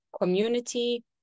community